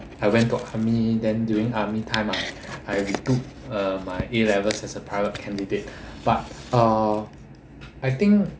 I went to army then during army time I I retook uh my A levels as a private candidate but uh I think